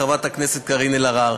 חברת הכנסת קארין אלהרר,